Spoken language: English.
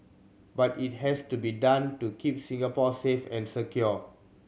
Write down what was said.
but it has to be done to keep Singapore safe and secure